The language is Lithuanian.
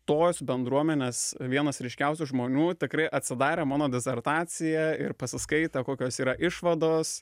tos bendruomenės vienas ryškiausių žmonių tikrai atsidarė mano disertaciją ir pasiskaitė kokios yra išvados